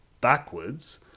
backwards